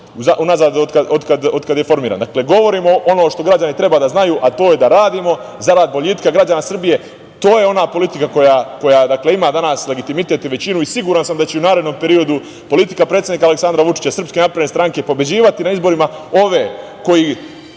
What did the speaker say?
evo, od kada je formiran. Dakle, govorimo ono što građani treba da znaju, a to je da radimo zarad boljitka građana Srbije. To je ona politika koja ima danas legitimitet i većinu i siguran sam da će i u narednom periodu politika predsednika Aleksandra Vučića, SNS pobeđivati na izborima one koji